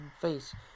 face